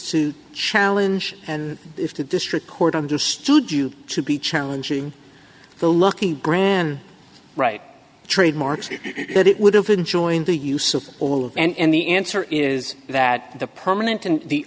to challenge and if the district court understood you to be challenging the lucky brand right trademarks that it would have been joined the use of all of and the answer is that the permanent and the